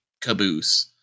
caboose